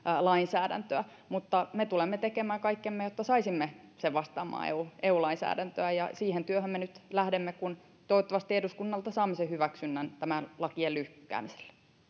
lainsäädäntöä me tulemme tekemään kaikkemme jotta saisimme sen vastaamaan eu eu lainsäädäntöä siihen työhön me nyt lähdemme kun toivottavasti eduskunnalta saamme sen hyväksynnän näiden lakien lykkäämiselle